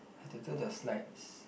I have to do the slides